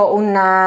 una